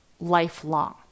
lifelong